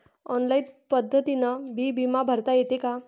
Online पद्धतीनं बी बिमा भरता येते का?